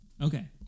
Okay